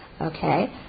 Okay